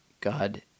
God